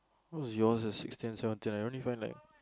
who is your has six ten seven ten I only find like